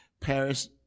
Paris